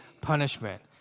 punishment